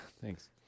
Thanks